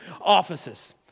offices